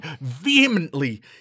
vehemently